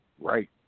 Right